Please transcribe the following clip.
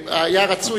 היה רצוי,